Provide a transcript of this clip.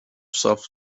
self